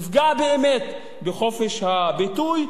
יפגע באמת בחופש הביטוי.